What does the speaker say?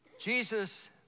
Jesus